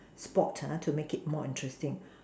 sport to make it more interesting